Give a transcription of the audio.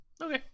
Okay